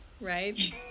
right